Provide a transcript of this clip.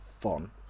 fun